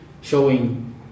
showing